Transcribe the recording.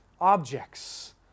objects